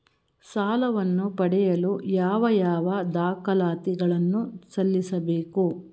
ಸಾಲವನ್ನು ಪಡೆಯಲು ಯಾವ ಯಾವ ದಾಖಲಾತಿ ಗಳನ್ನು ಸಲ್ಲಿಸಬೇಕು?